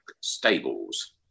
Stables